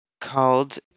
called